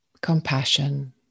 Compassion